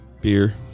Beer